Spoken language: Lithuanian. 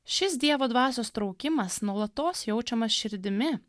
šis dievo dvasios traukimas nuolatos jaučiamas širdimi